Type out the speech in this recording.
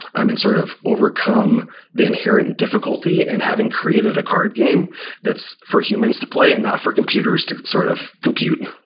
i mean, sort of overcome the inherent and difficulty in and having created a card game that's for humans to play and not for computers to sort of compute.